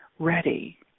ready